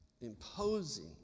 imposing